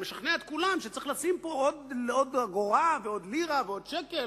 ומשכנע את כולם שצריך לשים פה עוד אגורה ועוד לירה ועוד שקל,